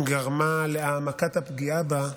גרמה להעמקת הפגיעה בה,